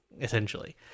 essentially